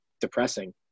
depressing